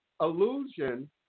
illusion